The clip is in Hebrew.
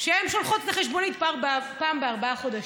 שהן שולחות את החשבונית פעם בארבעה חודשים.